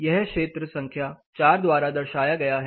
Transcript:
यह क्षेत्र संख्या 4 द्वारा दर्शाया गया है